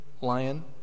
lion